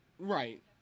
Right